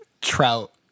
Trout